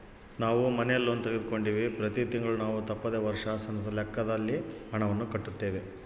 ನಾವು ಮನೆ ಲೋನ್ ತೆಗೆದುಕೊಂಡಿವ್ವಿ, ಪ್ರತಿ ತಿಂಗಳು ನಾವು ತಪ್ಪದೆ ವರ್ಷಾಶನದ ಲೆಕ್ಕದಲ್ಲಿ ಹಣವನ್ನು ಕಟ್ಟುತ್ತೇವೆ